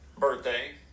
birthday